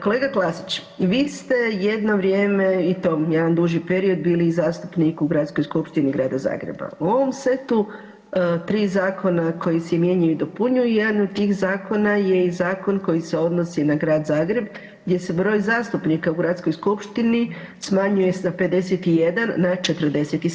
Kolega Klasić, vi ste jedno vrijeme i to jedan duži period bili zastupnik u Gradskoj skupštini Grada Zagreba, u ovom setu tri zakona koja se mijenjaju i dopunjuju jedan od tih zakona je i zakon koji se odnosi na Grad Zagreb gdje se broj zastupnika u Gradskoj skupštini smanjuje sa 51 na 47.